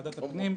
של ועדת הפנים,